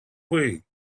wii